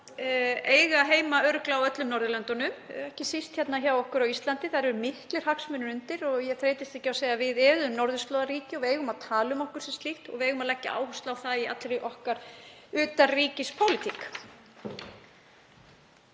sem á heima örugglega á öllum Norðurlöndunum, ekki síst hjá okkur á Íslandi. Það eru miklir hagsmunir undir og ég þreytist ekki á að segja að við erum norðurslóðaríki og við eigum að tala um okkur sem slíkt og við eigum að leggja áherslu á það í allri okkar utanríkispólitík.